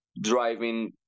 driving